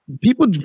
people